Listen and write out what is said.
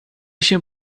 się